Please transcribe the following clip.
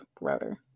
router